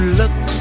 look